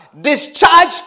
discharge